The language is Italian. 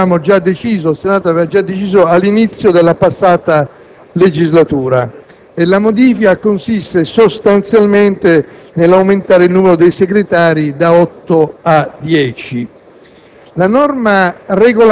modificando quanto il Senato aveva già deciso all'inizio della passata legislatura. La modifica consiste, sostanzialmente, nell'aumentare il numero dei Segretari da otto